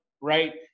right